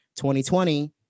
2020